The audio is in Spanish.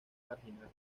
marginal